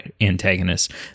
antagonists